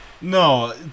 No